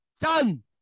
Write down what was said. Done